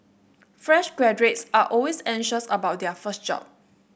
fresh graduates are always anxious about their first job